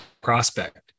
prospect